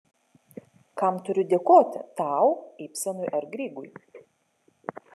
kam turiu dėkoti tau ibsenui ar grygui